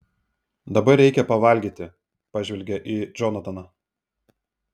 dabar reikia pavalgyti pažvelgia į džonataną